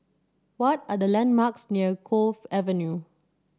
what are the landmarks near Cove Avenue